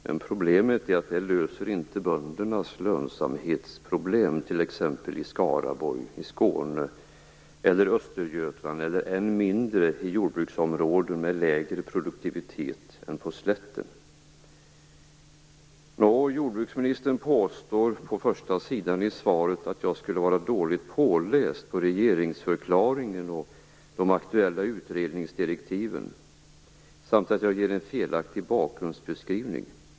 Men problemet är att det inte löser böndernas lönsamhetsproblem, t.ex. i Skaraborg, i Skåne, i Östergötland eller än mindre i jordbruksområden med lägre produktivitet än på slätten. Jordbruksministern påstår på första sidan i svaret att jag skulle vara dåligt påläst på regeringsförklaringen och de aktuella utredningsdirektiven samt att jag ger en felaktig bakgrundsbeskrivning.